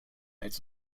its